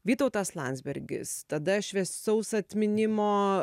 vytautas landsbergis tada šviesaus atminimo